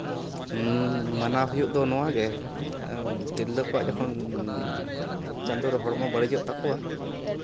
ᱩᱸ ᱢᱟᱱᱟᱣ ᱦᱩᱭᱩᱜ ᱫᱚ ᱱᱚᱶᱟ ᱜᱮ ᱮᱸᱜ ᱛᱤᱨᱞᱟᱹ ᱠᱚᱣᱟᱜ ᱡᱚᱠᱷᱚᱱ ᱪᱟᱸᱫᱚ ᱨᱮ ᱦᱚᱲᱢᱚ ᱵᱟᱹᱲᱤᱡᱚᱜ ᱛᱟᱠᱚᱣᱟ